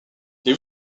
les